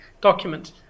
document